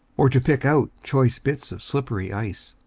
or to pick out choice bits of slippery ice.